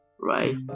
right